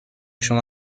شما